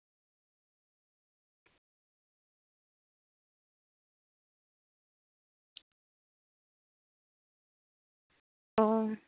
ᱚ